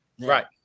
Right